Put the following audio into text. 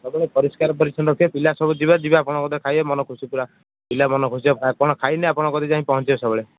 ସବୁଆଡ଼େ ପରିଷ୍କାର ପରିଚ୍ଛନ୍ନ ରଖିବେ ପିଲା ସବୁ ଯିବେ ଯିବେ ଆପଣଙ୍କ ପାଖରେ ଖାଇବେ ମନ ଖୁସି ପୂରା ପିଲା ମନ ଖୁସି ଆପଣ ଖାଇଲେ ଆପଣଙ୍କ ଘରେ ପହଞ୍ଚିବେ ସବୁବେଳେ